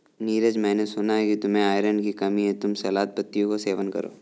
नीरज मैंने सुना कि तुम्हें आयरन की कमी है तुम सलाद पत्तियों का सेवन करो